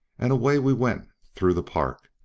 and away we went through the park,